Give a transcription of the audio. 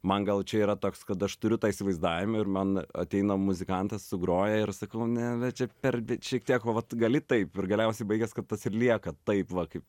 man gal čia yra toks kad aš turiu tą įsivaizdavimą ir man ateina muzikantas sugroja ir sakau ne va čia per bet šiek tiek va vat gali taip ir galiausiai baigias kad tas ir lieka taip va kaip